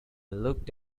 looked